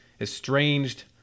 estranged